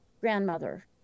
grandmother